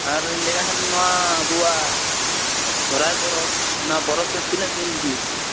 ᱟᱨᱚᱧ ᱞᱟ ᱭ ᱮᱫ ᱠᱟᱱ ᱛᱟᱦᱮᱱᱟ ᱱᱚᱣᱟ ᱟᱵᱚᱣᱟᱜ ᱥᱚᱨᱦᱟᱭ ᱯᱚᱨᱚᱵᱽ ᱚᱱᱟ ᱯᱚᱨᱚᱵᱽ ᱫᱚ ᱛᱤᱱᱟ ᱜ ᱫᱤᱱ ᱦᱩᱭᱩᱜ ᱜᱮᱭᱟ